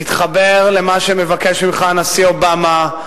תתחבר למה שמבקש ממך הנשיא אובמה,